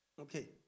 Okay